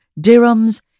dirhams